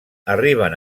arriben